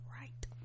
right